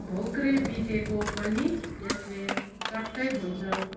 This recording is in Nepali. धोक्रे बिजेको पनि यसले च्वाट्टै हुन्छ